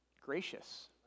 Gracious